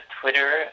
Twitter